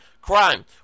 crime